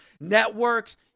networks